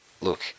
Look